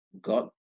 God